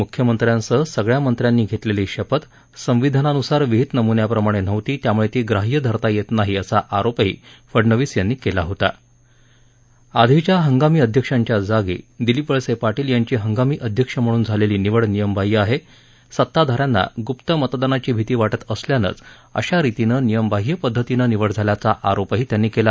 मुख्यमंत्र्यांसह सगळ्या मंत्र्यांनी घेतलेली शपथ संविधानानुसार विहीत नमुन्याप्रमाणे नव्हती त्यामुळे ती ग्राह्य धरता येत नाही असा आरोपही फडनवीस यांनी केला आधीच्या हंगामी अध्यक्षांच्या जागी दिलीप वळसे पाटील यांची हंगामी अध्यक्ष म्हणून झालेली निवड नियमबाह्य आहे सत्ताधान्यांना गुप्त मतदानाची भिती वाटत असल्यानंच अशा रितीनं नियमबाह्य पद्धतीनं निवड झाल्याचा आरोपही त्यांनी केला